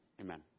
amen